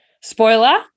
Spoiler